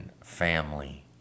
family